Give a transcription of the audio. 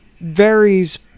varies